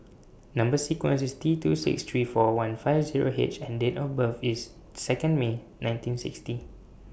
Number sequence IS T two six three four one five Zero H and Date of birth IS Second May nineteen sixty